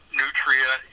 nutria